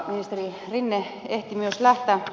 ministeri rinne ehti lähteä